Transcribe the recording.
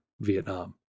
Vietnam